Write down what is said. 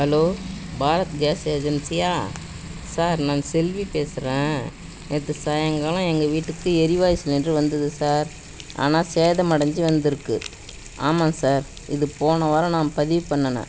hello Bharat gas ஏஜென்சியா sir நான் செல்வி பேசுகிறேன் நேற்று சாயங்காலம் எங்கள் வீட்டுக்கு எரிவாயு சிலிண்டர் வந்தது சார் ஆனால் சேதமடஞ்சு வந்திருக்கு ஆமாம் சார் இது போன வாரம் நான் பதிவு பண்ணினேன்